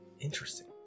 Interesting